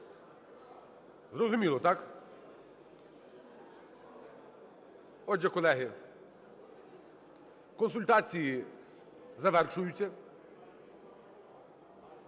Зрозуміло, так? Отже, колеги, консультації завершуються.